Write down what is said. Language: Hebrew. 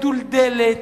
מדולדלת,